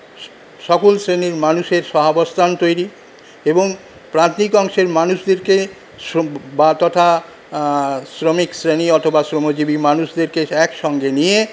স সকল শ্রেনীর মানুষের সহাবস্থান তৈরি এবং প্রান্তিক অংশের মানুষদেরকে শ বা তথা শ্রমিক শ্রেণী অথবা শ্রমজীবী মানুষদেরকে একসঙ্গে নিয়ে